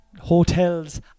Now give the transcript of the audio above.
Hotels